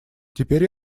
теперь